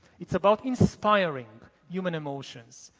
it's about inspiring human emotions.